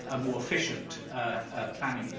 ah more efficient planning